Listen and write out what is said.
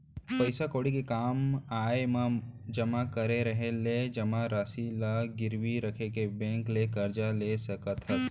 पइसा कउड़ी के काम आय म जमा करत रहें ले जमा रासि ल गिरवी रख के बेंक ले करजा ले सकत हस